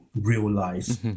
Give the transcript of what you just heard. real-life